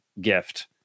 gift